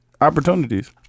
opportunities